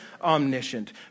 omniscient